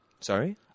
Sorry